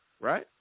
right